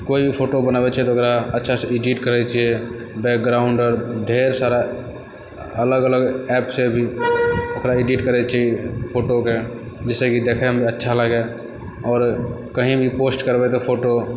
कोइ भी फोटो बनाबै छिए तऽ ओकरा अच्छासँ एडिट करै छिए बैकग्राउण्ड आओर ढेर सारा अलग अलग एपसँ भी ओकरा एडिट करै छिए फोटोके जाहिसँकि देखैमे भी अच्छा लागै आओर कहीँ भी पोस्ट करबै तऽ फोटो